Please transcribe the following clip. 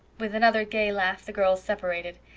with another gay laugh the girls separated,